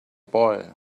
boy